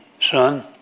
Son